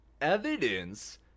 evidence